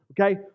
Okay